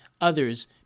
others